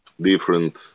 different